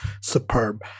superb